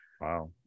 Wow